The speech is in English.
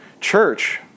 church